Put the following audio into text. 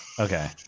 Okay